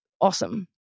awesome